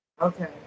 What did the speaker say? okay